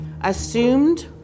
assumed